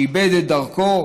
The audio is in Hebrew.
שאיבד את דרכו?